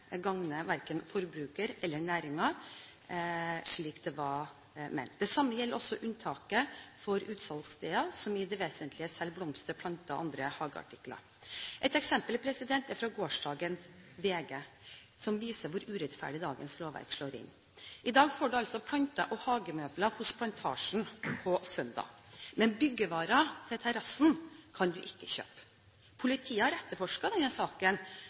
gagne verken forbrukeren eller næringen, slik det var ment. Det samme gjelder også unntaket for utsalgssteder som i det vesentlige selger blomster, planter og andre hageartikler. Et eksempel fra gårsdagens VG viser hvor urettferdig dagens lovverk slår inn. I dag får man altså kjøpt planter og hagemøbler hos Plantasjen på søndag, men byggevarer til terrassen kan man ikke kjøpe. Politiet har etterforsket saken